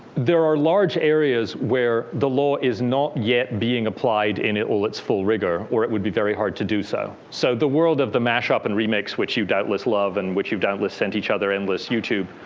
there are large areas where the law is not yet being applied in all its full rigor, or it would be very hard to do so. so the world of the mash up and remix which you doubtless love and which you doubtless sent each other endless youtube